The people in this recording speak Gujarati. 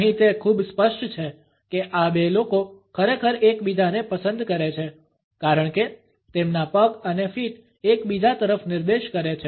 અહીં તે ખૂબ સ્પષ્ટ છે કે આ બે લોકો ખરેખર એકબીજાને પસંદ કરે છે કારણ કે તેમના પગ અને ફીટ એકબીજા તરફ નિર્દેશ કરે છે